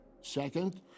Second